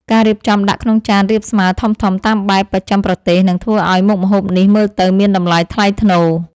ការរៀបចំដាក់ក្នុងចានរាបស្មើធំៗតាមបែបបស្ចិមប្រទេសនឹងធ្វើឱ្យមុខម្ហូបនេះមើលទៅមានតម្លៃថ្លៃថ្នូរ។